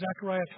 Zechariah